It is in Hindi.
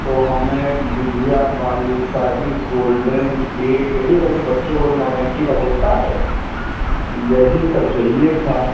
तो हमें गुझिया बालूशाही कोल्ड ड्रिंक केक यही सब जो बच्चों को नौटंकी सब होता है यही सब चाहिए था